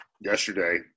yesterday